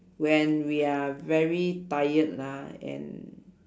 when we are very tired ah and